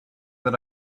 that